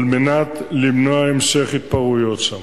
על מנת למנוע המשך התפרעויות שם.